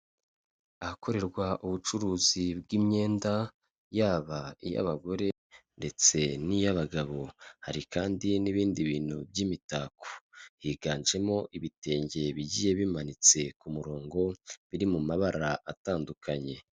Ahakorerwa ubucuruzi bw'imyenda, yaba iy'abagore ndetse n'iy'abagabo, hari kandi n'ibindi bintu by'imitako, higanjemo ibitenge bigiye bimanitse ku murongo, biri mu mabara atandukanye.